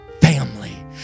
family